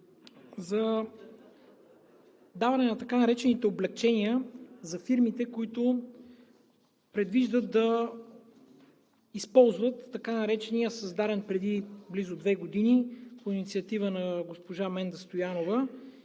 за даване на така наречените облекчения за фирмите, които предвиждат да използват така наречения, създаден преди две години по инициатива на госпожа Менда Стоянова